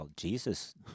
Jesus